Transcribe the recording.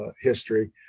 history